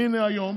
והינה היום